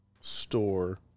store